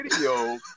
video